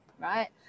Right